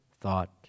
thought